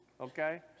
Okay